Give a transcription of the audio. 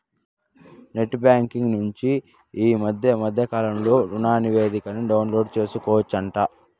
net banking నుంచి ఈ మద్దె కాలంలో రుణనివేదికని డౌన్లోడు సేసుకోవచ్చంట